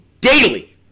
...daily